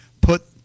put